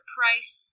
Price